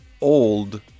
old